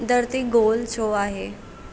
धरती गोलु छो आहे